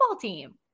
team